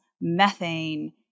methane –